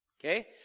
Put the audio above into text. Okay